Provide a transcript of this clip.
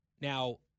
Now